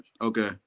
okay